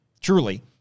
truly